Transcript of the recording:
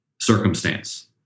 circumstance